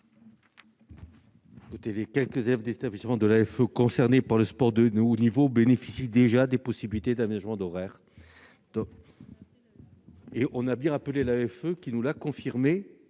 Les quelques élèves des établissements de l'AEFE concernés par le sport de haut niveau bénéficient déjà de possibilités d'aménagement de leurs horaires. L'AEFE nous l'a confirmé